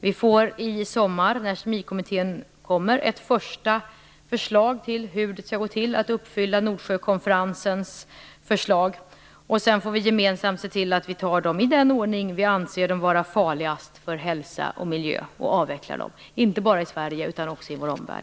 Vi får i sommar, när Kemikommittén kommer, ett första förslag på hur det skall gå till att uppfylla Nordsjökonferensens förslag. Sedan får vi gemensamt se till att avveckla dessa ämnen i den ordning vi anser dem vara farliga för hälsa och miljö - inte bara i Sverige utan också i vår omvärld.